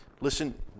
Listen